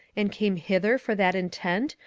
and came hither for that intent,